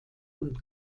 und